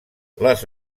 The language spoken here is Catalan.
les